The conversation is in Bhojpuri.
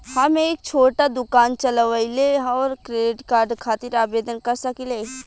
हम एक छोटा दुकान चलवइले और क्रेडिट कार्ड खातिर आवेदन कर सकिले?